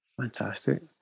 fantastic